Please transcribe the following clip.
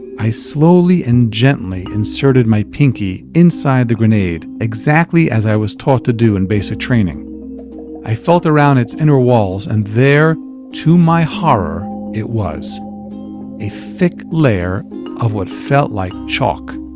i slowly and gently inserted my pinky inside the grenade, exactly as i was taught to do in basic training i felt around its inner walls and there to my horror it was a thick layer of what felt like chalk.